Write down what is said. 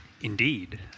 Indeed